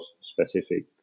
specific